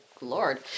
Lord